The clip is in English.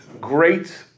great